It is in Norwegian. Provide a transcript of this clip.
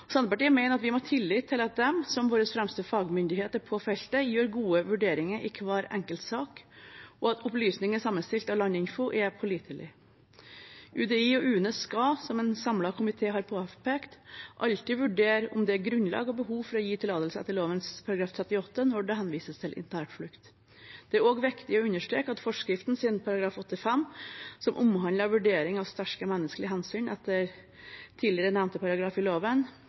Senterpartiet mener at vi må ha tillit til at de, som våre fremste fagmyndigheter på feltet, gjør gode vurderinger i hver enkelt sak, og at opplysningene sammenstilt av Landinfo er pålitelige. UDI og UNE skal, som en samlet komité har påpekt, alltid vurdere om det er grunnlag og behov for å gi tillatelser etter lovens § 38 når det henvises til internflukt. Det er også viktig å understreke at forskriftens § 8-5, som omhandler vurdering av sterke menneskelige hensyn etter tidligere nevnte paragraf